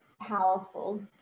powerful